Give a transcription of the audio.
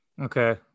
okay